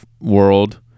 world